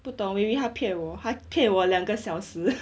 不懂 maybe 他骗我他骗我两个小时